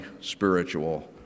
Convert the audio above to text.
spiritual